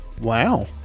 Wow